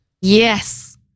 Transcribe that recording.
Yes